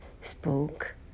spoke